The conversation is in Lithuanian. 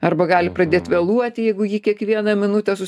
arba gali pradėt vėluoti jeigu jį kiekvieną minutę su